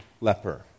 leper